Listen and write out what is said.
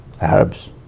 Arabs